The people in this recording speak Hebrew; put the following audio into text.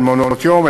אל מעונות-יום,